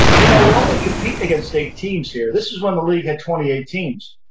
you know we're only competing against eight teams here. this was when the league had twenty eight teams,